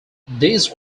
these